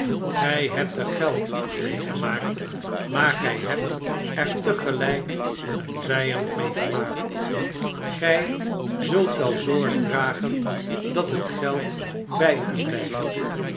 gij hebt er geld mee gemaakt maar gij hebt er tegelijk een vijand mee gemaakt gf zult wel zorg dragen dat het geld bij u blijft